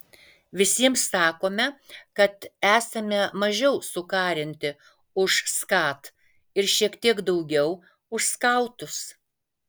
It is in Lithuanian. visiems sakome kad esame mažiau sukarinti už skat ir šiek tiek daugiau už skautus